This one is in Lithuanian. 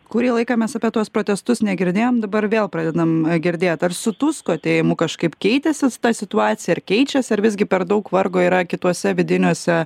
kurį laiką mes apie tuos protestus negirdėjom dabar vėl pradedam girdėjot ar su tusko atėjimu kažkaip keitėsi ta situacija ar keičiasi ar visgi per daug vargo yra kituose vidiniuose